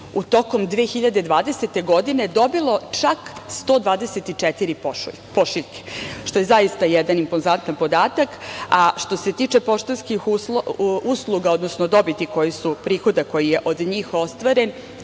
tokom 2020. godine dobilo čak 124 pošiljke, što je zaista jedan impozantan podatak. Što se tiče poštanskih usluga, odnosno dobiti, prihoda koji je od njih ostvaren,